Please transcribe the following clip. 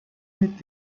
mit